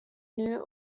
new